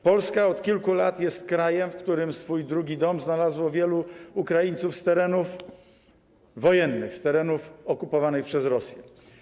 Polska od kilku lat jest krajem, w którym swój drugi dom znalazło wielu Ukraińców z terenów wojennych, z terenów okupowanych przez Rosję.